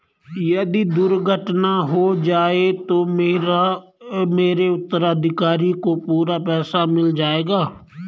यदि दुर्घटना हो जाये तो मेरे उत्तराधिकारी को पूरा पैसा मिल जाएगा?